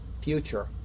future